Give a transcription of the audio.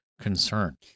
concern